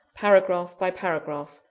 paragraph by paragraph,